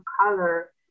color